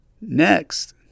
Next